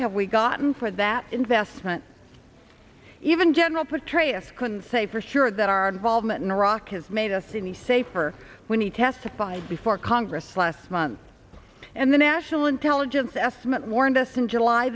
have we gotten for that investment even general petraeus couldn't say for sure that our involvement in iraq has made us any safer when he testified before congress last month and the national intelligence estimate warned us in july